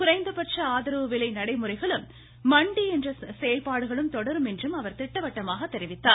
குறைந்தபட்ச ஆதரவு விலை நடைமுறைகளும் மண்டி முறை செயல்பாடுகளும் தொடரும் என்றும் அவர் திட்டவட்டமாக தெரிவித்துள்ளார்